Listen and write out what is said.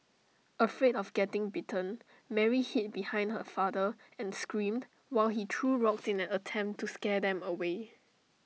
afraid of getting bitten Mary hid behind her father and screamed while he threw rocks in an attempt to scare them away